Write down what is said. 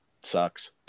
sucks